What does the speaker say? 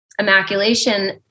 immaculation